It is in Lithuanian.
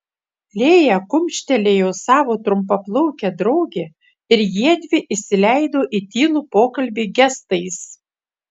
lėja kumštelėjo savo trumpaplaukę draugę ir jiedvi įsileido į tylų pokalbį gestais